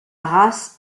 race